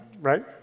right